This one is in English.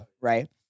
Right